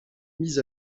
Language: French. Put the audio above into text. mis